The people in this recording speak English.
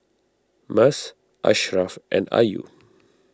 Mas Ashraff and Ayu